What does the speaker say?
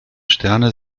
sterne